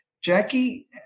Jackie